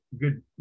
good